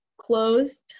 closed